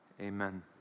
amen